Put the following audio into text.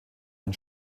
ein